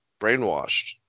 brainwashed